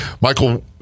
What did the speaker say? Michael